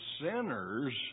sinners